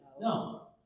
No